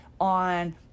on